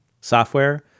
software